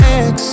ex